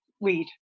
read